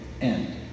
end